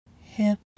hip